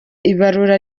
ibarura